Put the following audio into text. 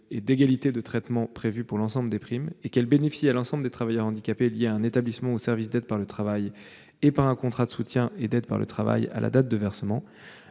et d'égalité de traitement prévues pour l'ensemble des primes -« et qu'elle bénéficie à l'ensemble des travailleurs handicapés liés à un établissement ou service d'aide par le travail [...] par un contrat de soutien et d'aide par le travail [...], à la date de versement,